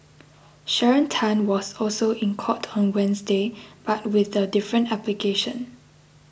Sharon Tan was also in court on Wednesday but with a different application